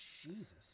Jesus